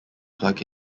plug